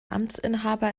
amtsinhaber